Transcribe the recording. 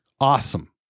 Awesome